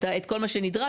את כל מה שנדרש,